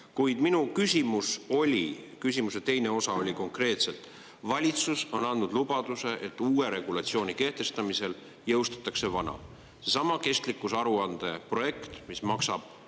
minu küsimus oli, küsimuse teine osa oli konkreetselt: valitsus on andnud lubaduse, et uue regulatsiooni kehtestamisel jõustatakse vana, seesama kestlikkusaruande projekt, mis maksab